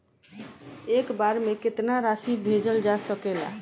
एक बार में केतना राशि भेजल जा सकेला?